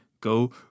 go